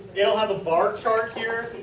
it will have a bar chart here.